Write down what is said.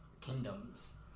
kingdoms